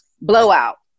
blowout